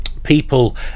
people